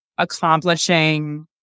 accomplishing